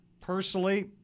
Personally